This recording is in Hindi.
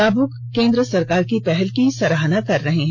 लाभुक केन्द्र सरकार की पहल की सराहना कर रहे हैं